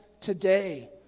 today